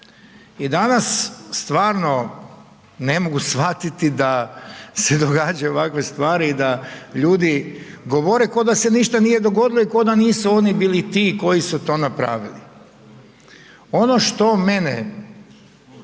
I danas stvarno ne mogu shvatiti da događaju ovakve stvari i da ljudi govore ko da se ništa nije dogodilo i ko da nisu oni bili ti koji su to napravili. Ono što mene